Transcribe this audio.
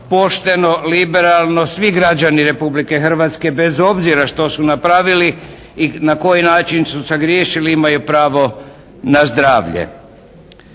pošteno, liberalno. Svi građani Republike Hrvatske bez obzira što su napravili i na koji način su sagriješili imaju pravo na zdravlje.